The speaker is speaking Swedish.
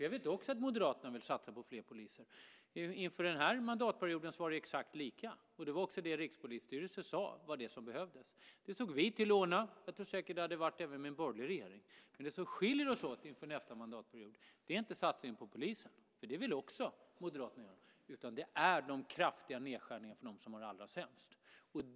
Jag vet att även Moderaterna vill satsa på fler poliser. Inför denna mandatperiod låg vi exakt lika, och det var också det som Rikspolisstyrelsen sade behövdes. Vi såg till att ordna det, och jag tror säkert att så även skulle ha skett med en borgerlig regering. Det som skiljer oss åt inför nästa mandatperiod är inte satsningen på polisen, för det vill även Moderaterna göra, utan det är de kraftiga nedskärningarna för dem som har det allra sämst.